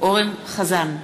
אורן אסף חזן,